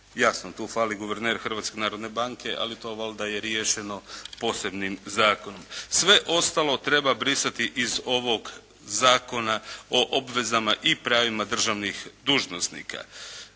Jasno, tu fali guverner Hrvatske narodne banke ali to valjda je riješeno posebnim zakonom. Sve ostalo treba brisati iz ovog Zakona o obvezama i pravima državnih dužnosnika.